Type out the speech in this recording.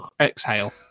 Exhale